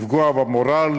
לפגוע במורל,